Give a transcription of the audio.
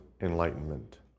enlightenment